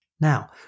Now